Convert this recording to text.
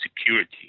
security